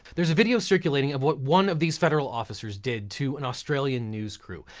there's a video circulating of what one of these federal officers did to an australian news crew,